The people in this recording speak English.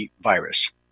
virus